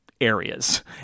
areas